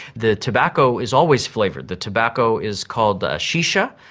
the tobacco is always flavoured, the tobacco is called ah shisha,